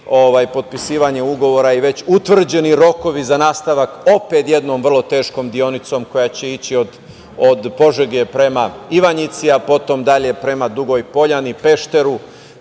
potpisivanje ugovora i već utvrđeni rokovi za nastavak opet jednom vrlo teškom deonicom koja će ići od Požege prema Ivanjici, a potom dalje prema Dugoj Poljani, Pešteru,